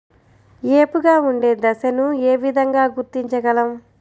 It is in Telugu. ఏపుగా ఉండే దశను ఏ విధంగా గుర్తించగలం?